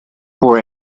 for